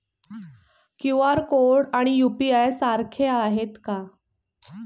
QR code आणि UPI सारखे आहेत का?